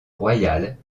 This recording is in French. royale